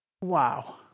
Wow